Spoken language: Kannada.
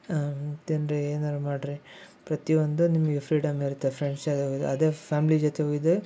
ಮತ್ತೇನಾರ ಏನಾರೂ ಮಾಡಿರಿ ಪ್ರತಿಯೊಂದು ನಿಮಗೆ ಫ್ರೀಡಮ್ ಇರುತ್ತೆ ಫ್ರೆಂಡ್ಸ್ ಜೊತೆ ಹೋಇದೆ ಅದೇ ಫ್ಯಾಮ್ಲಿ ಜೊತೆ ಹೋಯಿದ್ದೆ